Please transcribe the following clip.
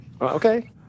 Okay